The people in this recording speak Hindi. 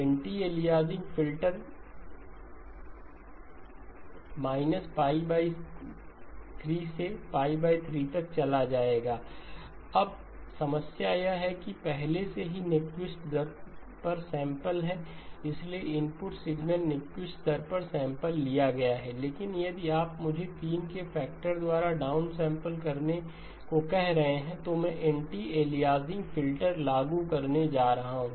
एंटी एलियासिंग फिल्टर−π 3 से 3 तक चला जाएगा अब समस्या यह है कि यह पहले से ही न्यूक्विस्ट दरों पर सैंपल है इसलिए इनपुट सिग्नल न्यूक्विस्ट दर पर सैंपल लिया गया है लेकिन यदि आप मुझे 3 के फैक्टर द्वारा डाउनसैंपल करने को कहे रहे हैं तो मैं एंटी एलियासिंग फ़िल्टर लागू करने जा रहा हूं